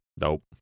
Nope